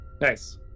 Nice